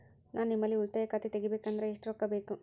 ನಾ ನಿಮ್ಮಲ್ಲಿ ಉಳಿತಾಯ ಖಾತೆ ತೆಗಿಬೇಕಂದ್ರ ಎಷ್ಟು ರೊಕ್ಕ ಬೇಕು?